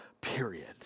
period